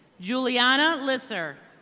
juliana lisser.